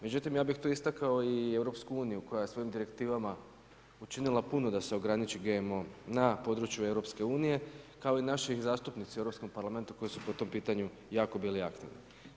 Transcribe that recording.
Međutim, ja bih tu istakao i EU koja je svojim direktivama učinila puno da se ograniči GMO na području EU, kao i naši zastupnici u europskom parlamentu koji su po tom pitanju jako bili aktivni.